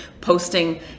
posting